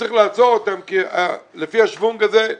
וצריך לעצור כי לפי השוונג הזה,